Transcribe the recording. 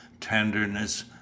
tenderness